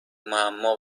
معما